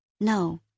No